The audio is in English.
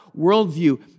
worldview